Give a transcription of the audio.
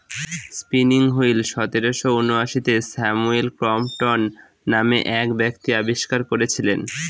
spinning wheel সতেরোশো ঊনআশিতে Samuel Crompton নামে এক ব্যক্তি আবিষ্কার করেছিলেন